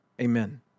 Amen